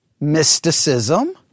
mysticism